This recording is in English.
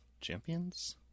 champions